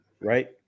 Right